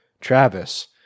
Travis